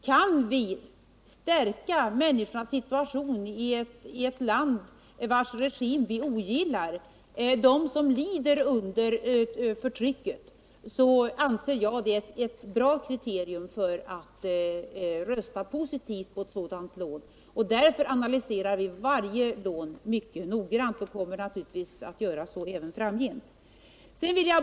Om vi kan stärka människornas situation i ett land, vars regim vi ogillar enär den utövar förtryck, anser jag detta vara ett bra kriterium för att rösta för ett sådant lån. Därför analyserar vi varje lån mycket noggrant och kommer att göra så även framgent.